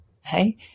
hey